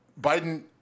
Biden